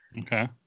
Okay